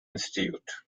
institute